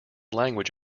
language